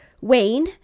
Wayne